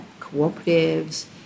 cooperatives